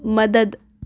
مدد